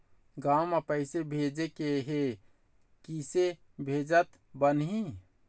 गांव म पैसे भेजेके हे, किसे भेजत बनाहि?